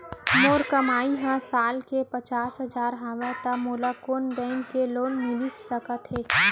मोर कमाई ह साल के पचास हजार हवय त मोला कोन बैंक के लोन मिलिस सकथे?